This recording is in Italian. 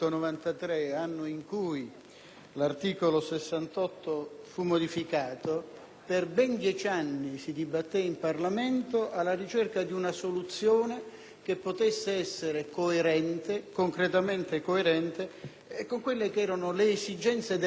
l'articolo 68 fu modificato - per ben dieci anni si dibatté in Parlamento alla ricerca di una soluzione che potesse essere coerente, concretamente coerente, con quelle che erano le esigenze della tutela del Parlamento.